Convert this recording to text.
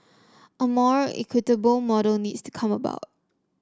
a more equitable model needs to come about